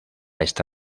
esta